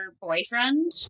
boyfriend